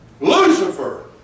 Lucifer